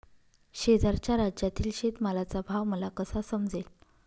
शेजारच्या राज्यातील शेतमालाचा भाव मला कसा समजेल?